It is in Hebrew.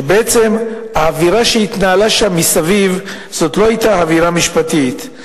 שבעצם האווירה שהיתה שם מסביב לא היתה אווירה משפטית,